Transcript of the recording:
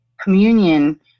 communion